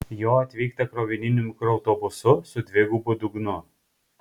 jo atvykta krovininiu mikroautobusu su dvigubu dugnu